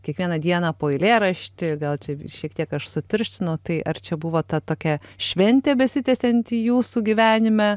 kiekvieną dieną po eilėraštį gal čia šiek tiek aš sutirštinau tai ar čia buvo ta tokia šventė besitęsianti jūsų gyvenime